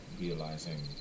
realizing